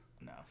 no